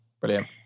Brilliant